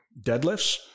deadlifts